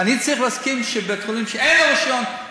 ואני צריך להסכים שבית-חולים שאין לו רישיון,